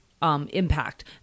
Impact